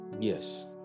yes